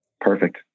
Perfect